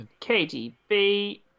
KDB